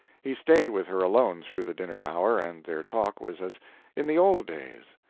he stayed with her alone through the dinner hour, and their talk was as in the old days.